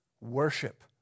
worship